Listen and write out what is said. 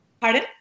Pardon